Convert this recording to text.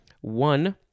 One